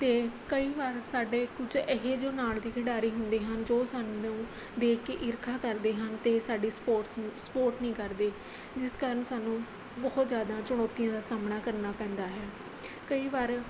ਅਤੇ ਕਈ ਵਾਰ ਸਾਡੇ ਕੁਝ ਇਹੋ ਜਿਹੇ ਨਾਲ ਦੇ ਖਿਡਾਰੀ ਹੁੰਦੇ ਹਨ ਜੋ ਸਾਨੂੰ ਦੇਖ ਕੇ ਈਰਖ਼ਾ ਕਰਦੇ ਹਨ ਅਤੇ ਸਾਡੀ ਸਪੋਰਟਸ ਨੂੰ ਸਪੋਟ ਨਹੀਂ ਕਰਦੇ ਜਿਸ ਕਾਰਨ ਸਾਨੂੰ ਬਹੁਤ ਜ਼ਿਆਦਾ ਚੁਣੌਤੀਆਂ ਦਾ ਸਾਹਮਣਾ ਕਰਨਾ ਪੈਂਦਾ ਹੈ ਕਈ ਵਾਰ